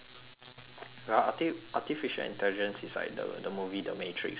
ar~ arti~ artificial intelligence is like the the movie the matrix do you know the matrix